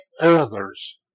others